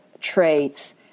traits